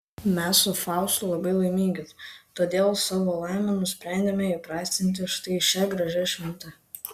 mes su faustu labai laimingi todėl savo laimę nusprendėme įprasminti štai šia gražia švente